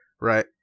right